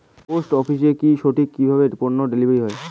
Post অফিসে কি সঠিক কিভাবে পন্য ডেলিভারি হয়?